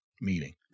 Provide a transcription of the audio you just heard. meeting